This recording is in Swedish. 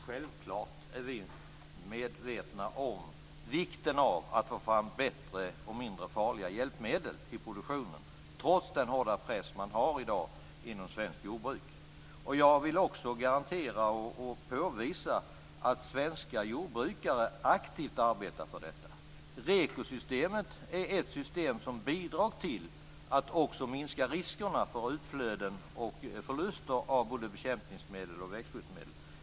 Fru talman! Självklart är vi medvetna om vikten av att få fram bättre och mindre farliga hjälpmedel i produktionen, trots den hårda press man har i dag inom svenskt jordbruk. Jag vill också garantera och påvisa att svenska jordbrukare aktivt arbetar för detta. REKO-systemet är ett system som bidrar till att också minska riskerna för utflöden och förluster när det gäller både bekämpningsmedel och växthusmedel.